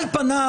על פניו,